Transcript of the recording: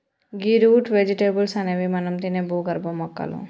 గీ root vegetables అనేవి మనం తినే భూగర్భ మొక్కలు